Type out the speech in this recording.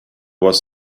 was